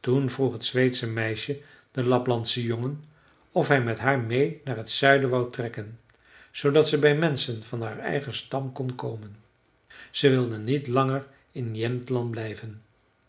toen vroeg het zweedsche meisje den laplandsche jongen of hij met haar meê naar t zuiden wou trekken zoodat ze bij menschen van haar eigen stam kon komen ze wilde niet langer in jämtland blijven